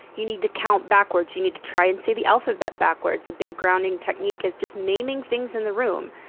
you need to count backwards. you need to try and say the alphabet backwards. a big grounding technique is just naming things in the room.